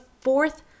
fourth